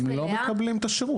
הם לא מקבלים את השירות.